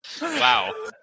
Wow